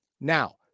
now